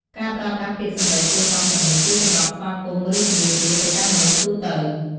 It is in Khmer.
ការប្រើប្រាស់ពាក្យសម្ដីគួរសមទាំងនេះ គឺសម្រាប់ស្វាគមន៍ ឬជម្រាបលា ទៅកាន់មនុស្សទូទៅ។